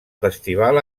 festival